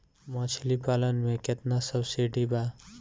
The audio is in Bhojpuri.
मछली पालन मे केतना सबसिडी बा?